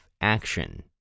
action